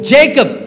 Jacob